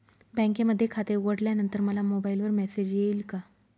बँकेमध्ये खाते उघडल्यानंतर मला मोबाईलवर मेसेज येईल का?